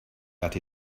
that